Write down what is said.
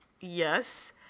Yes